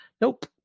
nope